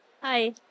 Hi